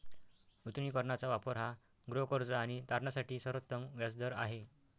नूतनीकरणाचा वापर हा गृहकर्ज आणि तारणासाठी सर्वोत्तम व्याज दर आहे